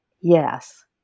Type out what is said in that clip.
yes